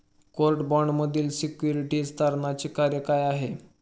Court बाँडमधील securities तारणाचे कार्य काय आहे?